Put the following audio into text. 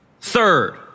Third